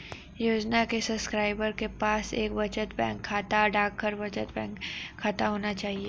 योजना के सब्सक्राइबर के पास एक बचत बैंक खाता, डाकघर बचत बैंक खाता होना चाहिए